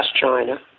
China